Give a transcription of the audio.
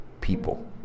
people